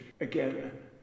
again